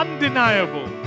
Undeniable